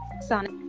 sonic